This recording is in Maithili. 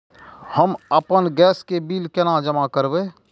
हम आपन गैस के बिल केना जमा करबे?